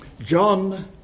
John